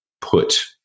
put